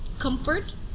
comfort